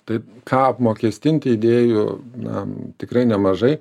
tai ką apmokestinti idėjų na tikrai nemažai